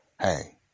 hey